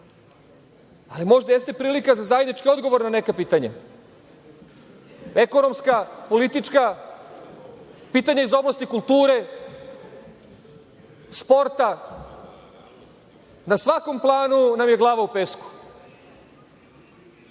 ali možda jeste prilika za zajednički odgovor na neka pitanja, ekonomska, politička, pitanja iz oblasti kulture, sporta. Na svakom planu nam je glava u pesku.